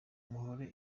muhore